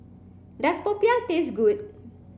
does Popiah taste good